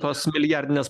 tos milijardinės